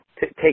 take